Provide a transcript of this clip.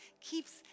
keeps